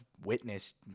witnessed